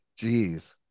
Jeez